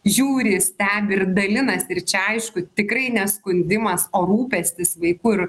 žiūri stebi ir dalinasi ir čia aišku tikrai ne skundimas o rūpestis vaiku ir